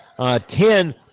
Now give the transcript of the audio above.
ten